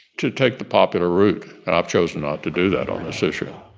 to take the popular route. and i've chosen not to do that on this issue